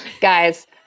Guys